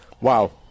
Wow